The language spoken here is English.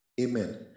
Amen